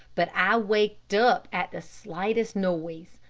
but i waked up at the slightest noise.